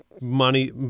money